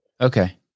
Okay